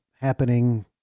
happening